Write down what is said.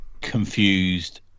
confused